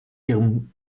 ihrem